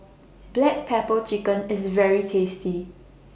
Black Pepper Chicken IS very tasty